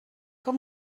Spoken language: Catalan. com